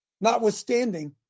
Notwithstanding